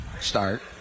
start